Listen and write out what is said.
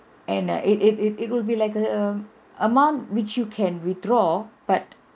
and uh it it it it will be like a amount which you can withdraw but